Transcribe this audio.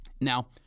Now